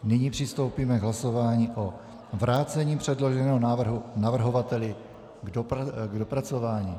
Nyní přistoupíme k hlasování o vrácení předloženého návrhu navrhovateli k dopracování.